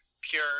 pure